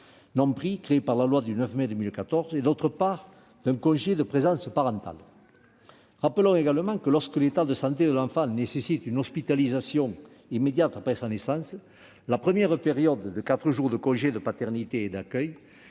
un parent d'un enfant gravement malade et, d'autre part, d'un congé de présence parentale. Rappelons également que, lorsque l'état de santé de l'enfant nécessite une hospitalisation immédiate après sa naissance, la première période de quatre jours de congé de paternité et d'accueil